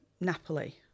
Napoli